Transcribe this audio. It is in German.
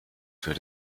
für